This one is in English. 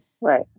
Right